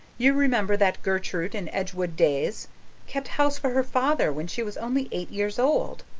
you remember that gertrude in edgewood days kept house for her father when she was only eight years old.